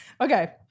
okay